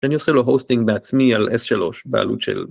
ואני עושה לו הוסטינג בעצמי על S3 בעלות של